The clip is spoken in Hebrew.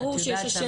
ברור שיש,